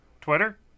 Twitter